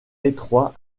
étroits